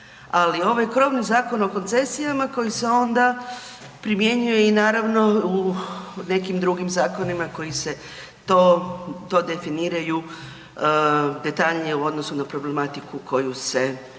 Ali ovaj krovni Zakon o koncesijama koji se onda primjenjuje i naravno u nekim drugim zakonima koji se to definiraju detaljnije u odnosu na problematiku koju se